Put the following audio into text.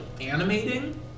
animating